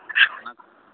ᱚᱱᱟ